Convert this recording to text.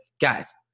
guys